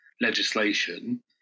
legislation